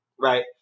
right